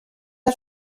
die